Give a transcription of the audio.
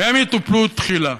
והם יטופלו תחילה.